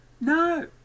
No